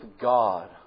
God